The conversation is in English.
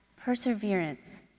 perseverance